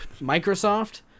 Microsoft